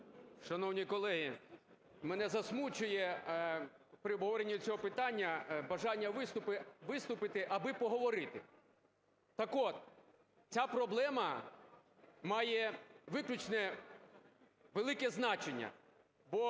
Шановні колеги, мене засмучує при обговоренні цього питання бажання виступити, аби поговорити. Так от, ця проблема має виключне, велике значення,